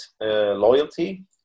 loyalty